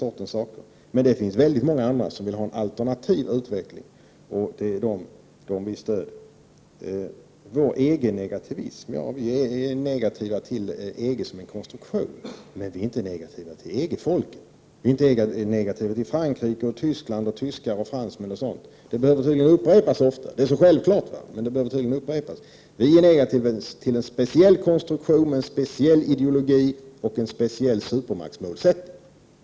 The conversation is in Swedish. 103 Men det finns väldigt många andra som vill ha en alternativ utveckling, och det är dem som vi stöder. Margaretha af Ugglas talade om miljöpartiets EG-negativism. Ja, vi är negativt inställda till EG som en konstruktion, men vi är inte negativa till EG folk. Vi är ju inte negativa t.ex. till Frankrike och fransmän eller till Västtyskland och västtyskar. Det är självklart, men det behöver tydligen upprepas, att vi är negativa till en speciell konstruktion med en speciell ideologi och en speciell supermaktsmålsättning.